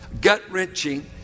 gut-wrenching